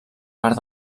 part